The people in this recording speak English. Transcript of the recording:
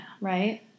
right